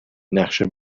نقشه